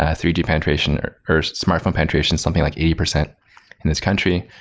ah three d penetration or or smartphone penetration is something like eighty percent in this country.